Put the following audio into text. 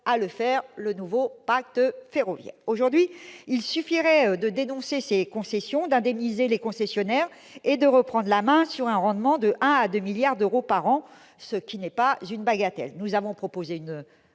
à travers le nouveau pacte ferroviaire. Il suffirait aujourd'hui de dénoncer ces concessions et d'indemniser les concessionnaires pour reprendre la main sur un rendement de 1 à 2 milliards d'euros par an, ce qui n'est pas une bagatelle. Nous avons déposé une